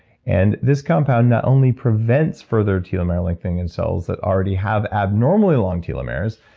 and this compound not only prevents further telomere lengthening in cells that already have abnormally long telomeres,